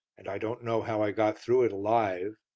and i don't know how i got through it alive.